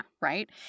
Right